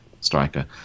striker